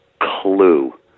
clue